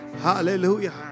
Hallelujah